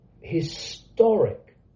historic